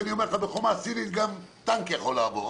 אני אומר לך שבחומה סינית גם טנק יכול לעבור,